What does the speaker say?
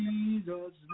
Jesus